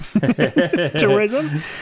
tourism